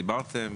דיברתם?